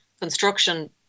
construction